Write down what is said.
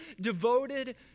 devoted